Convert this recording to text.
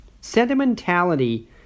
Sentimentality